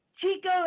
Chico